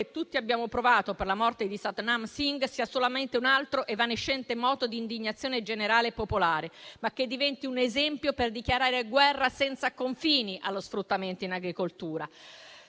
tutti abbiamo provato per la morte di Satnam Singh non sia solamente un altro evanescente moto di indignazione generale popolare, ma diventi un esempio per dichiarare guerra senza confini allo sfruttamento in agricoltura.